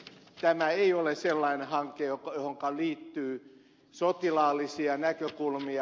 tämä ei ole sellainen hanke johonka liittyy sotilaallisia näkökulmia